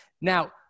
Now